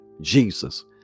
Jesus